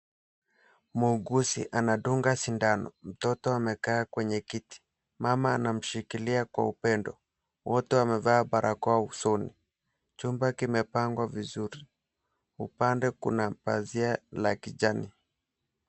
Muuguzi anadunga sindano. Mtoto amekaa kwenye kiti. Mama anamshikilia kwa upendo. Wote wamevaa barakoa usoni. Chumba kimepangwa vizuri. Upande kuna pazia la kijani.